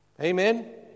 Amen